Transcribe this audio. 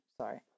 sorry